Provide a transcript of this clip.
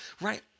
right